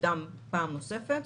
הוקדם פעם נוספת,